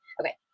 okay